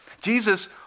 Jesus